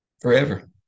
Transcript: forever